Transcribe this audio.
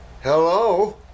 Hello